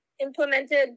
implemented